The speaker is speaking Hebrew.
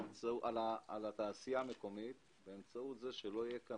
מגינה על התעשייה המקומית באמצעות זה שלא יהיה כאן